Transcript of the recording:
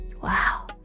Wow